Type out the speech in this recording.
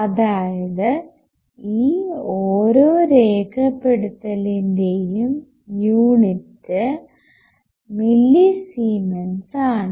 അതായത് ഈ ഓരോ രേഖപ്പെടുത്തലിന്റെയും യൂണിറ്റ് മില്ലിസീമെൻസ്സ് ആണ്